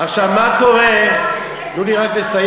עכשיו, מה קורה, תנו לי רק לסיים.